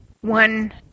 one